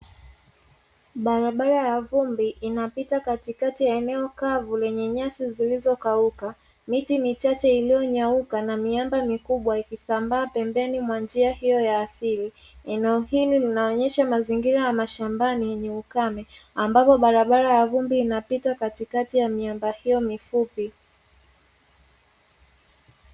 Barabara ya vumbi inapita katikati ya eneo kavu lenye nyasi zilizokauka. Miti michache iliyonyauka na miamba mikubwa ikisambaa pembeni mwa njia hiyo ya asili, eneo hili linaonesha mazingira ya mashambani yenye ukame . Ambapo barabara ya vumbi inapita katikati ya miamba hiyo mifupi.